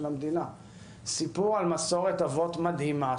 המדינה - סיפור על מסורת אבות מדהימה,